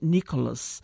Nicholas